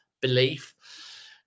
belief